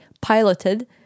piloted